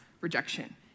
rejection